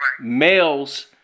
males